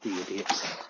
Idiots